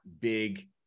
big